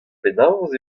penaos